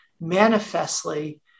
manifestly